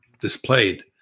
displayed